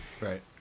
Right